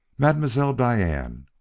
mademoiselle diane,